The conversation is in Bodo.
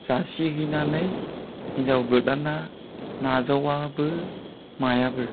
जासिहैनानै हिनजाव गोदाना नाजावाबो मायाबो